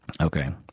okay